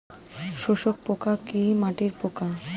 শোষক পোকা কি মাটির পোকা?